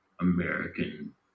American